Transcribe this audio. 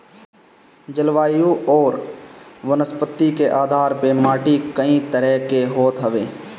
जलवायु अउरी वनस्पति के आधार पअ माटी कई तरह के होत हवे